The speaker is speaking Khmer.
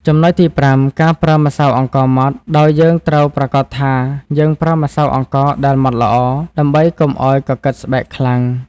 ចំណុចទីប្រាំ ការប្រើម្សៅអង្ករម៉ដ្ឋ ដោយយើងត្រូវប្រាកដថាយើងប្រើម្សៅអង្ករដែលម៉ដ្ឋល្អ ដើម្បីកុំឱ្យកកិតស្បែកខ្លាំង។